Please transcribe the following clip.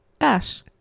Ash